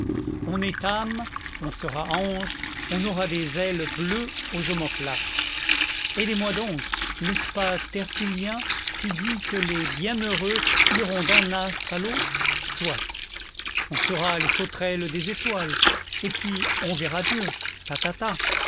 on est âme on sera ange on aura des ailes bleues aux omoplates aidez-moi donc n'est-ce pas tertullien qui dit que les bienheureux iront d'un astre à l'autre soit on sera les sauterelles des étoiles et puis on verra dieu ta